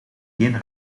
geen